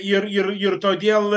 ir ir ir todėl